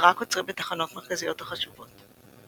ורק עוצרים בתחנות מרכזיות וחשובות.